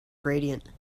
gradient